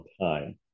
time